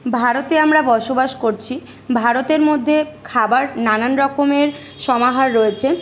ভারতে আমরা বসবাস করছি ভারতের মধ্যে খাবার নানান রকমের সমাহার রয়েছে